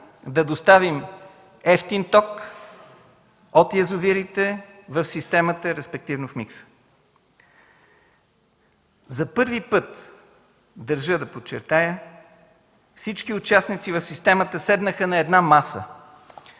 да доставим евтин ток от язовирите в системата, респективно в микса. За първи път, държа да подчертая, всички участници в системата седнаха на една маса